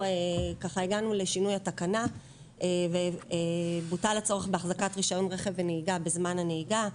הגענו לשינוי התקנה ובוטל הצורך באחזקת רישיון רכב ונהיגה בזמן הנהיגה,